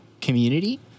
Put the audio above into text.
community